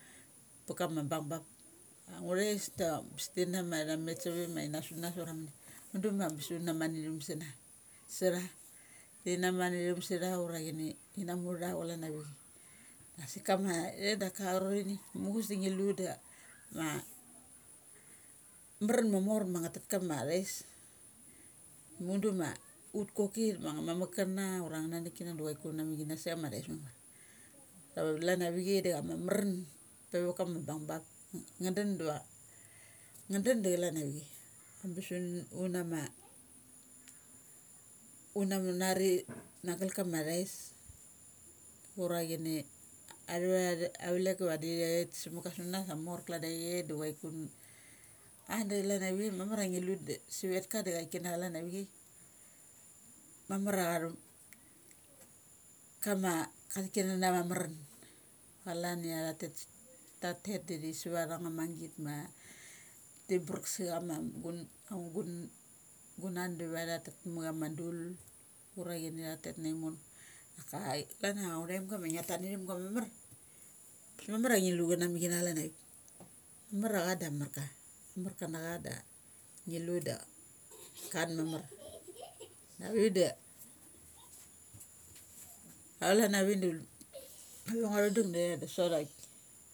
Pa kama bung bup. Ang ngu thais da ambes ti na ma ti na met sa ve ma thinama sunas ura mania mudu ma ambes una mat na thum sa tha. Sa tha. Ti na matnathum sa tha ura ngi, ngi na mutha klan avi chai. Asik kama ithe daka a cha rotini muchus da ngi lu da a mran ma morma nga tat kama thais mudu ma ut koki ma a cha mamuk kana ura ang ngana nuk kana kunam sa chama thais mamar. Tava chalan avi chai da chama maran pe va kama bung bup nga dun dava nga dun da chalan avi chai. Ambes un nama aunari na gal kama thais ura chini a tha va the, atha vlek ia da vadi thait sa ka sunas mamar klan avi chai du chuaiku am. A da chalan avi chai mamar a ngi lu da sa vet ka da chai kana chalan avi chai, mamar a cha thu kama ka thi kana na va ma maran. Ma chalan ia tha tet, tatet da thi suva tha nga magit a ti prak sa chama amugunan da tha ma chama dul, ura chini thatet nai mono. Daka klan ia athaimga ma ngia tat na thum ga mamar, bes mamar a ngi na lu chana mik kana chalan avik mamar a cha da amarka mar kana cha da ngi lu da bes kan mamar. Avivik da klan avik da ngo da ngua thu dung da ithere da sot avik.